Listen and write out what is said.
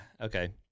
Okay